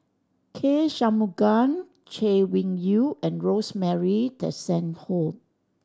K Shanmugam Chay Weng Yew and Rosemary Tessensohn